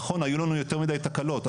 נכון היו לנו יותר מידי תקלות,